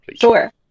Sure